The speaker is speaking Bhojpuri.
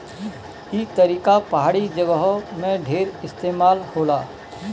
ई तरीका पहाड़ी जगह में ढेर इस्तेमाल होला